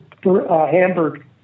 Hamburg